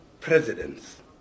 presidents